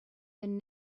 been